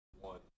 One